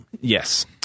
Yes